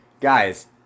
guys